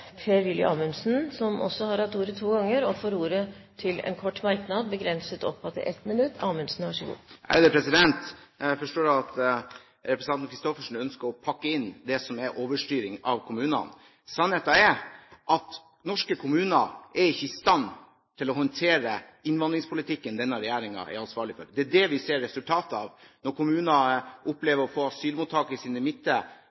får ordet til en kort merknad, begrenset til 1 minutt. Jeg forstår at representanten Christoffersen ønsker å pakke inn det som er overstyring av kommunene. Sannheten er at norske kommuner ikke er i stand til å håndtere innvandringspolitikken denne regjeringen er ansvarlig for. Det er det vi ser resultatet av når kommuner opplever å få asylmottak i sin midte, og opplever problemstillinger når mennesker skal ut i kommunene